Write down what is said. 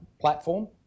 platform